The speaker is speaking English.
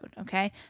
Okay